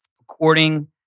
According